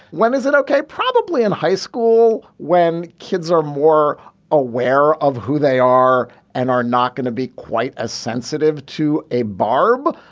when is it ok. probably in high school when kids are more aware of who they are and are not going to be quite as sensitive to a barb.